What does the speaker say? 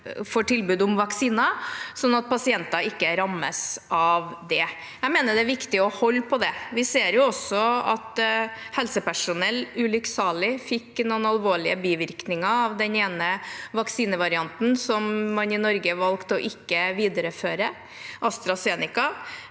får tilbud om vaksiner, slik at pasienter ikke rammes av det. Jeg mener det er viktig å holde på det. Vi så også at helsepersonell ulykksalig fikk noen alvorlige bivirkninger av den ene vaksinevarianten som man i Norge valgte å ikke videreføre – AstraZeneca.